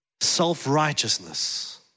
self-righteousness